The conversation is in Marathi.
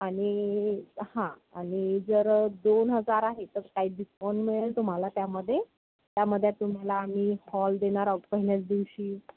आणि हां आणि जर दोन हजार आहे तर काही डिस्कॉन मिळेल तुम्हाला त्यामध्ये त्यामध्ये तुम्हाला आम्ही हॉल देणार आहोत पहिल्याच दिवशी